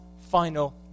final